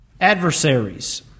adversaries